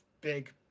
big